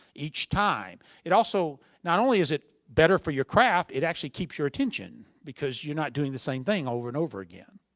each time. it also not only is it better for your craft, it actually keeps your attention. because you're not doing the same thing over and over again.